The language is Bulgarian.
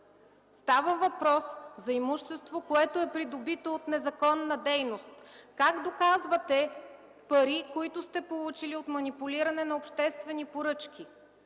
Става въпрос за имущество, което е придобито от незаконна дейност. Как доказвате пари, които сте получили от манипулиране на обществени поръчки?